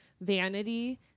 vanity